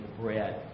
bread